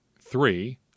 three